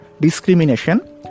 Discrimination